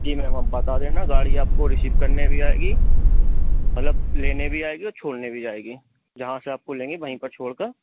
जी ma'am आप बता देना गाड़ी आप को रिसीव करने भी आएगी मतलब लेने भी आएगी और छोड़ने भी जाएगी जहाँ से आप को लेंगे वहीं पर छोड़ कर